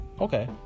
Okay